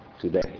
today